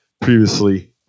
previously